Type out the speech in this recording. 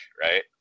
right